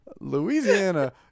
Louisiana